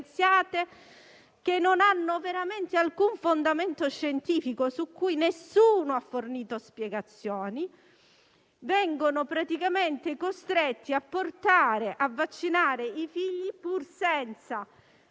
che non hanno veramente alcun fondamento scientifico e su cui nessuno ha fornito spiegazioni, i genitori vengono costretti a vaccinare i figli pur senza